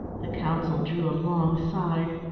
the counsel drew a long sigh.